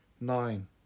nine